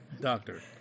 doctor